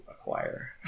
acquire